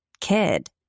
kid